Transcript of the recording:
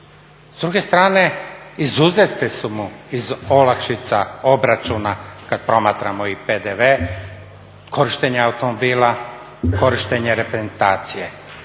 S druge strane izuzete su mu iz olakšica obračuna kada promatramo i PDV, korištenja automobila, korištenje …/Govornik